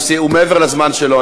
הוא מעבר לזמן שלו.